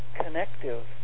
connective